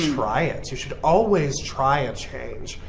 try it. you should always try a change.